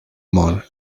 món